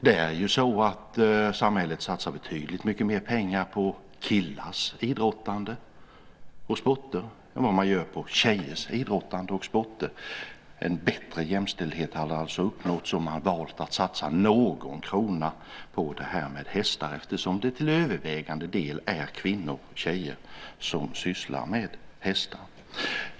Det är ju så att samhället satsar betydligt mycket mer pengar på killars idrottande och sporter än vad man satsar på tjejers idrottande och sporter. En bättre jämställdhet hade alltså uppmåtts om man hade valt att satsa någon krona på det här med hästar, eftersom det till övervägande del är kvinnor och tjejer som sysslar med hästar.